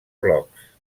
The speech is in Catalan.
blocs